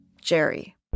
Jerry